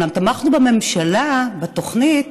אומנם תמכנו בממשלה בתוכנית,